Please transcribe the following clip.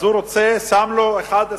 אז הוא רוצה, שם לו, אחד הסעיפים,